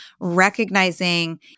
recognizing